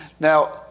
Now